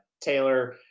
Taylor